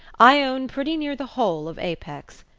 i own pretty near the whole of apex.